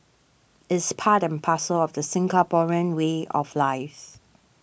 it's part and parcel of the Singaporean way of life